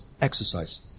exercise